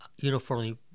uniformly